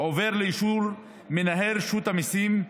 עובר לאישור מנהל רשות המיסים,